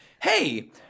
hey